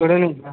good evening sir